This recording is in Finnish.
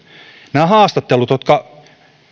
nämä haastattelut jotka